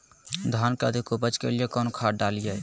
धान के अधिक उपज के लिए कौन खाद डालिय?